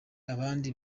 abandi